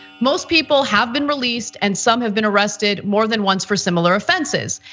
most people have been released and some have been arrested more than once for similar offenses.